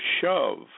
shove